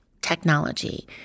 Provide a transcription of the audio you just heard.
technology